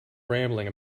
rambling